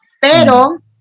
pero